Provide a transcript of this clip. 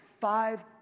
five